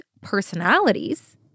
personalities